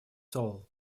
tall